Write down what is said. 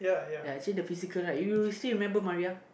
ya actually the physical lah if you still remember Maria